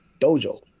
dojo